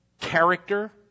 character